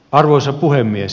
arvoisa puhemies